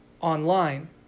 online